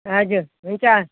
हजुर हुन्छ